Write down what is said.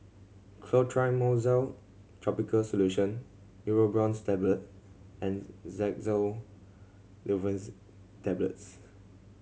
Clotrimozole Topical Solution Neurobion's Tablet and Xyzal Tablets